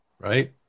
right